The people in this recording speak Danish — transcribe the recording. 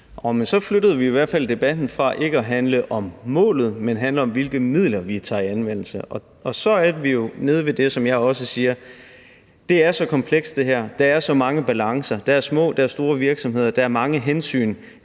så flyttede vi i hvert fald debatten fra at handle om målet til at handle om, hvilke midler vi tager i anvendelse, og så er vi jo nede ved det, som jeg også siger: Det her er så komplekst; der er så mange balancer. Der er små og der er store virksomheder. Der er mange hensyn.